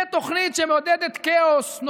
זאת תוכנית שמעודדת כאוס.